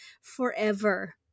forever